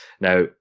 now